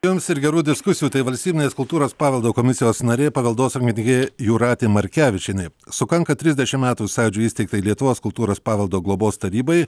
jums ir gerų diskusijų tai valstybinės kultūros paveldo komisijos narė paveldosaugininkė jūratė markevičienė sukanka trisdešim metų sąjūdžio įsteigtai lietuvos kultūros paveldo globos tarybai